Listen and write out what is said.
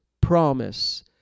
promise